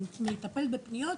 אני מטפלת בפניות,